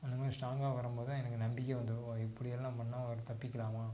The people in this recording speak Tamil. அந்த மாதிரி ஸ்ட்ராங்காக வரும் போது தான் எனக்கு நம்பிக்கை வந்தது ஓ இப்படியெல்லாம் பண்ணால் வந்து தப்பிக்கலாமா